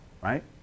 Right